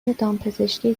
دامپزشکی